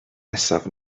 nesaf